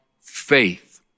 faith